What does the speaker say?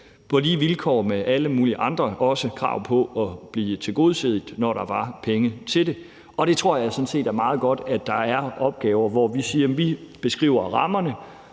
på lige vilkår med alle mulige andre også krav på at blive tilgodeset, når der var penge til det. Jeg tror sådan set, det er meget godt, at der er opgaver, hvor vi siger, at vi beskriver rammerne